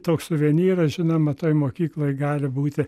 toks suvenyras žinoma toj mokykloj gali būti